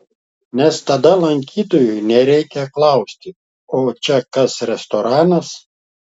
nes tada lankytojui nereikia klausti o čia kas restoranas